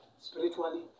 spiritually